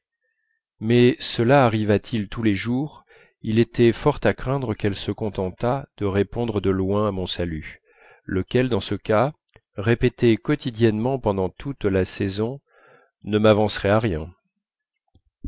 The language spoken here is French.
mais cela arrivât il tous les jours il était fort à craindre qu'elle se contentât de répondre de loin à mon salut lequel dans ce cas répété quotidiennement pendant toute la saison ne m'avancerait à rien